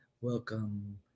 welcome